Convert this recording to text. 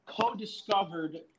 co-discovered